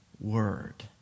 word